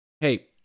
hey